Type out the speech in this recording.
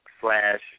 slash